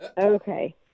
okay